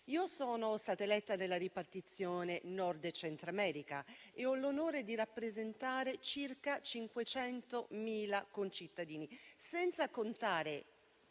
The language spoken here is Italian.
io sono stata eletta nella ripartizione Nord e Centro America e ho l'onore di rappresentare circa 500.000 concittadini, senza contare